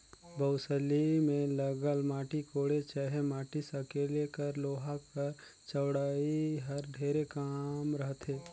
बउसली मे लगल माटी कोड़े चहे माटी सकेले कर लोहा कर चउड़ई हर ढेरे कम रहथे